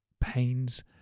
pains